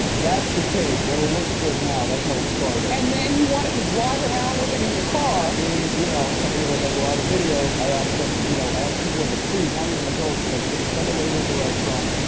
that's the cake. well, it looks good now, that's how it started. and then you wanted to drive around with it in your car? so, being, you know, somebody that does a lot of videos, i asked em, you know, i asked people in the street, not even the girl, she's like we're gonna send it later to the restaurant.